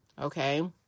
okay